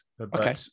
okay